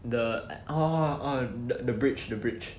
the oh orh the bridge the bridge